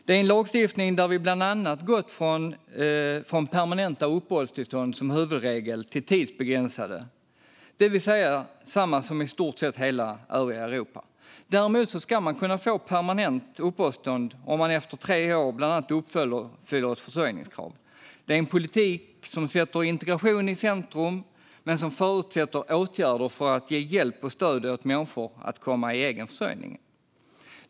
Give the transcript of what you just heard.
Det är en lagstiftning där vi bland annat gått från permanenta uppehållstillstånd som huvudregel till tidsbegränsade, det vill säga samma som i stort sett hela övriga Europa. Däremot ska man kunna få permanent uppehållstillstånd om man efter tre år bland annat uppfyller försörjningskravet. Det är en politik som sätter integrationen i centrum men som förutsätter åtgärder för att ge hjälp och stöd åt människor att komma i egen försörjning.